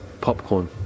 popcorn